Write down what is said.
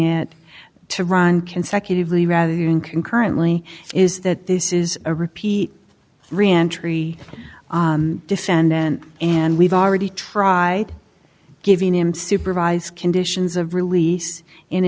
it to run consecutively rather than concurrently is that this is a repeat reentry defendant and we've already tried giving him supervise conditions of rel